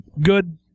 Good